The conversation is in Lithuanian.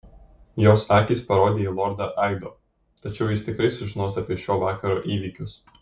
jos akys parodė į lordą aido tačiau jis tikrai sužinos apie šio vakaro įvykius